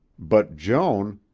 but joan,